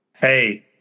Hey